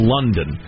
London